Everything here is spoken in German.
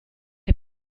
der